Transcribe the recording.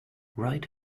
write